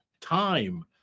time